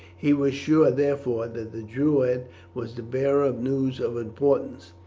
he was sure, therefore, that the druid was the bearer of news of importance.